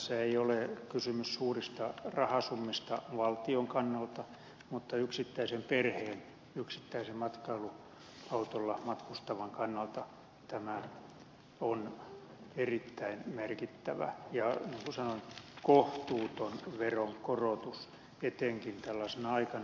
tässä ei ole kysymys suurista rahasummista valtion kannalta mutta yksittäisen perheen yksittäisen matkailuautolla matkustavan kannalta tämä on erittäin merkittävä ja niin kuin sanoin kohtuuton veronkorotus etenkin tällaisena aikana